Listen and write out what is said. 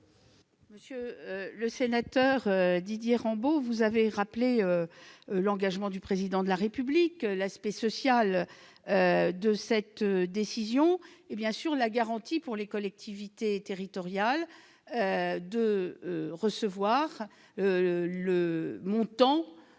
Mme la ministre. Monsieur Rambaud, vous avez rappelé l'engagement du Président de la République, l'aspect social de cette décision et, bien sûr, la garantie pour les collectivités territoriales de recevoir le montant